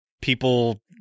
people